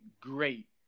great